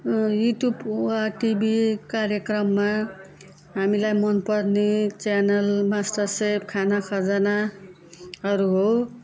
YouTube वा TV कार्यक्रममा हामीलाई मनपर्ने च्यानल मास्टर्स चेफ खाना खजानाहरू हो